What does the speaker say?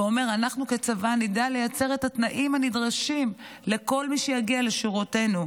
ואומר: אנחנו כצבא נדע לייצר את התנאים הנדרשים לכל מי שיגיע לשורותינו,